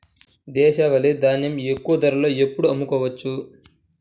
దేశవాలి ధాన్యం ఎక్కువ ధరలో ఎప్పుడు అమ్ముకోవచ్చు?